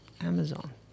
Amazon